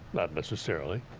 not necessarily.